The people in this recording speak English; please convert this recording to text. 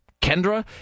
Kendra